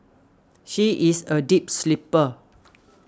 she is a deep sleeper